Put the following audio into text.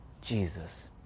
Jesus